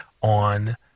on